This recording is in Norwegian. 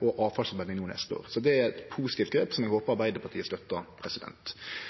og avfallsforbrenning for neste år. Så det er eit positivt grep, som